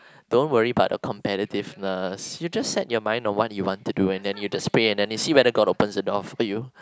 don't worry about the competitiveness you just set your mind on what you want to do and then you just play and then you see if god opens a door for you